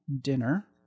dinner